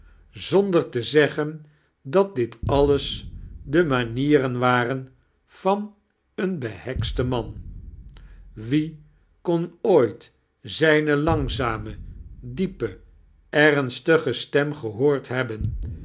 zonder te zeggen dat difc alias de manieren waren van een beheksten man wie kon ooit zijn langzame diepe r ernstige stem gehoord hebben